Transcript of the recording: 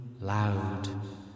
loud